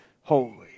holy